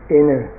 inner